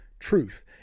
truth